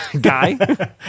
guy